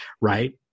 Right